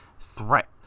threat